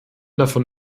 davon